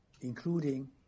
including